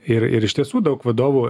ir ir iš tiesų daug vadovų